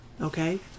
okay